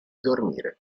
dormire